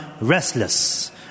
restless